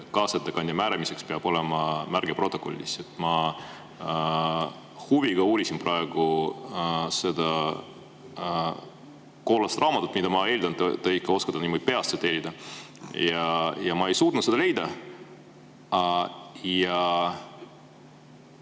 kaasettekandja määramiseks peab olema märge protokollis. Ma huviga uurisin praegu seda kollast raamatut, mida, ma eeldan, te ikka oskate peast tsiteerida, ja ma ei suutnud seda leida.